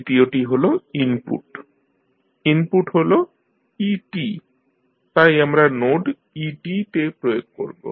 তৃতীয়টি হল input input হল e তাই আমরা নোড et তে প্রয়োগ করব